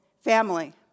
family